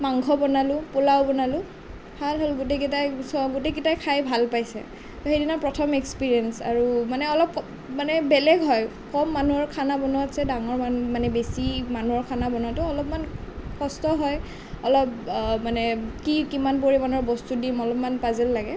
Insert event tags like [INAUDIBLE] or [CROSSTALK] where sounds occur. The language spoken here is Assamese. মাংস বনালোঁ পোলাও বনালোঁ ভাল হ'ল গোটেইকেইটাই [UNINTELLIGIBLE] গোটেইকেইটাই খাই ভাল পাইছে তো সেইদিনা প্ৰথম এক্সপেৰিয়েঞ্চ আৰু মানে অলপ মানে বেলেগ হয় কম মানুহৰ খানা বনোৱাতকে ডাঙৰ মানুহ মানে বেছি মানুহৰ খানা বনোৱাটো অলপমান কষ্ট হয় অলপ মানে কি কিমান পৰিমাণৰ বস্তু দিম অলপমান পাজুল লাগে